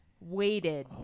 waited